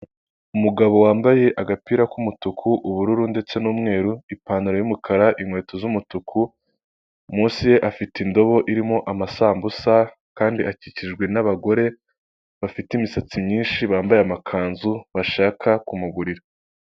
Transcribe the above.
Umugabo wambaye agapira k'umutuku, ubururu ndetse n'umweru, ipantaro y'umukara, inkweto z'umutuku, munsi ye afite indobo irimo amasambusa kandi akikijwe n'abagore bafite imisatsi myinshi bambaye amakanzu bashaka kumugurira.